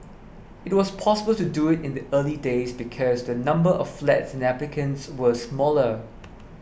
it was possible to do it in the early days because the number of flats applicants were smaller